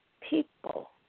people